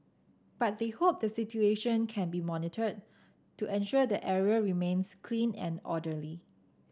but they hope the situation can be monitored to ensure the area remains clean and orderly